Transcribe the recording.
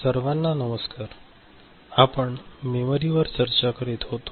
सर्वांना नमस्कार आपण मेमरीवर चर्चा करीत होतो